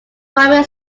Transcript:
primary